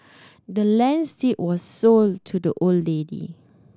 the land's deed was sold to the old lady